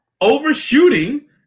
overshooting